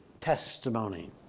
testimony